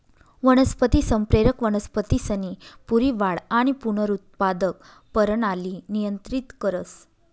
वनस्पती संप्रेरक वनस्पतीसनी पूरी वाढ आणि पुनरुत्पादक परणाली नियंत्रित करस